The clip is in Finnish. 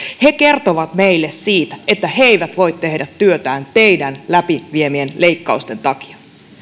he kertovat meille siitä että he eivät voi tehdä työtään teidän läpiviemienne leik kausten takia